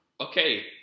Okay